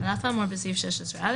16א. על אף האמור בסעיף 16(א),